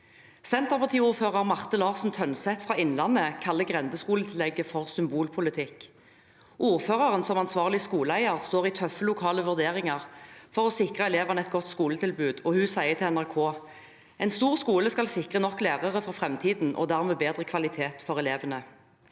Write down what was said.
Senterparti-ordfører Marte Larsen Tønseth fra Innlandet kaller grendeskoletillegget for symbolpolitikk. Ordføreren, som ansvarlig skoleeier, står i tøffe lokale vurderinger for å sikre elevene et godt skoletilbud, og hun sier til NRK at en stor skole skal sikre nok lærere for framtiden og dermed bedre kvalitet for elevene.